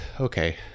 Okay